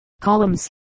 columns